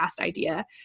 idea